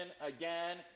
again